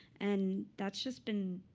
and that's just been